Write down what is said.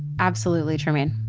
absolutely, trymaine.